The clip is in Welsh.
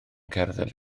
cerdded